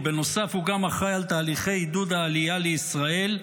ובנוסף הוא אחראי לתהליכי עידוד העלייה לישראל.